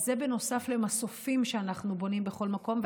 זה, נוסף למסופים שאנחנו בונים בכל מקום.